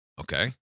Okay